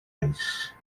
ice